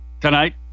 tonight